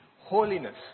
holiness